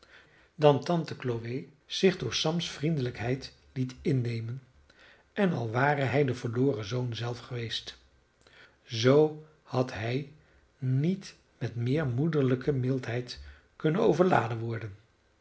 dan tante chloe zich door sams vriendelijkheid liet innemen en al ware hij de verloren zoon zelf geweest zoo had hij niet met meer moederlijke mildheid kunnen overladen worden